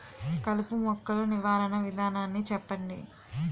కలుపు మొక్కలు నివారణ విధానాన్ని చెప్పండి?